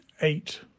eight